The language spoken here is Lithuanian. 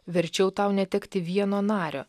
verčiau tau netekti vieno nario